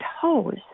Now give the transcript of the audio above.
toes